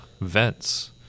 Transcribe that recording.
vents